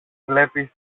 βλέπεις